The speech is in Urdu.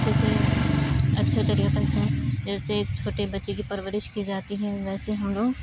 اچھے سے اچھے طریقے سے جیسے ایک چھوٹے بچے کی پرورش کی جاتی ہے ویسے ہم لوگ